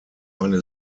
eine